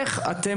איך אתם